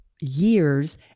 years